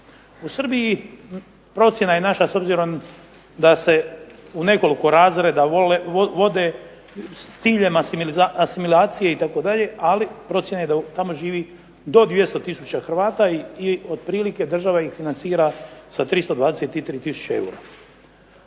U Srbiji, procjena je naša s obzirom da se u nekoliko razreda vode s ciljem asimilacije itd., ali procjena je da tamo živi do 200 tisuća Hrvata i otprilike država ih financira sa 323 tisuće eura.